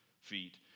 feet